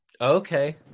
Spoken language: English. okay